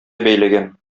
бәйләгән